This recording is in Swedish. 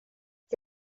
att